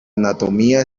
anatomía